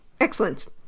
Excellent